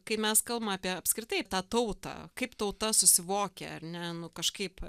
kai mes kalbam apie apskritai tą tautą kaip tauta susivokia ar ne nu kažkaip